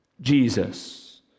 Jesus